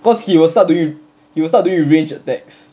cause he will start to you he will start to you with ranged attacks